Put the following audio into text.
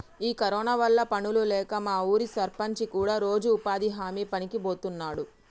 ఈ కరోనా వల్ల పనులు లేక మా ఊరి సర్పంచి కూడా రోజు ఉపాధి హామీ పనికి బోతున్నాడు